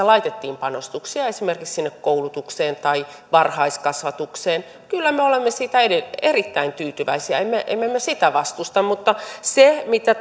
laitettiin panostuksia esimerkiksi koulutukseen tai varhaiskasvatukseen kyllä me olemme siitä erittäin tyytyväisiä emme emme me sitä vastusta mutta se mitä